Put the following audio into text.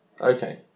Okay